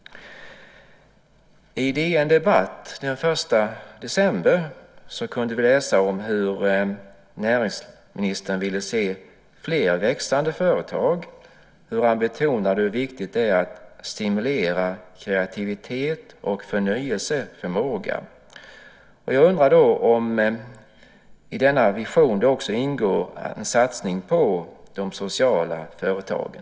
På DN Debatt den 1 december kunde vi läsa om hur näringsministern ville se fler växande företag, hur han betonade hur viktigt det är att stimulera kreativitet och förnyelseförmåga. Jag undrar då om det i denna vision också ingår en satsning på de sociala företagen.